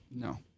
No